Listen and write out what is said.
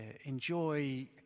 enjoy